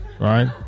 Right